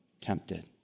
tempted